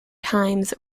times